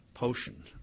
Potion